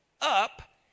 up